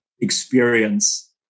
experience